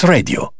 Radio